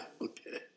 Okay